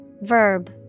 Verb